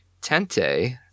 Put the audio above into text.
Tente